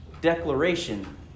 declaration